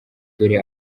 dore